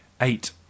eight